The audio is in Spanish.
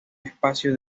espacio